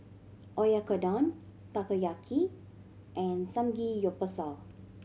Oyakodon Takoyaki and Samgyeopsal